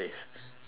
get what I mean